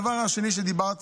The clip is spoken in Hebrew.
דיברתי